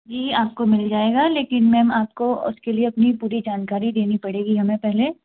जी आपको मिल जाएगा लेकिन मैम आपको उसके लिए अपनी पूरी जानकारी देनी पड़ेगी हमें पहले